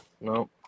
no